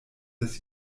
des